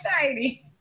shiny